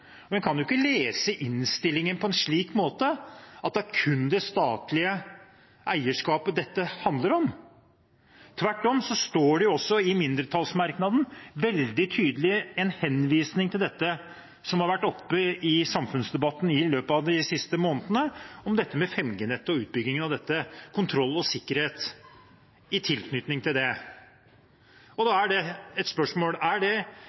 En kan ikke lese innstillingen på en slik måte at det kun er det statlige eierskapet dette handler om. Tvert om står det også i mindretallsmerknaden en veldig tydelig henvisning til det som har vært oppe i samfunnsdebatten de siste månedene om 5G-nettet, utbyggingen og kontroll og sikkerhet i tilknytning til det. Da er spørsmålet: Er det